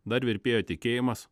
dar virpėjo tikėjimas